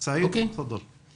סעיד, תפאד'ל.